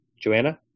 Joanna